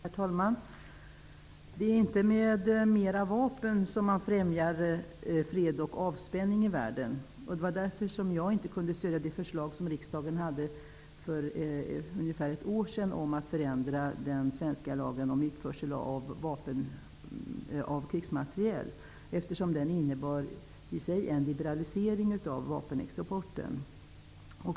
Herr talman! Det är inte med mera vapen som man främjar fred och avspänning i världen. Därför kunde jag inte stödja det förslag om att förändra den svenska lagen om utförsel av krigsmateriel som riksdagen hade att ta ställning till för ungefär ett år sedan. Den innebar i sig en liberalisering av vapenexporten.